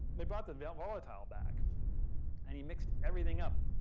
they brought the volatile back and he mixed everything up.